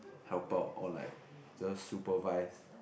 help out or like just supervise